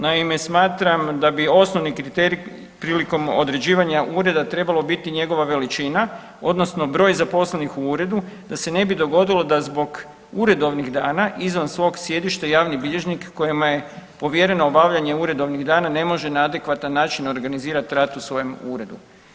Naime, smatram da bi osnovni kriterij prilikom određivanja ureda trebalo biti njegova veličina odnosno broj zaposlenih u uredu da se ne bi dogodilo da zbog uredovnih dana izvan svog sjedišta javni bilježnik kojemu je povjereno obavljanje uredovnih dana ne može na adekvatan način organizirati rad u svojem uredu.